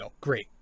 great